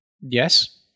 Yes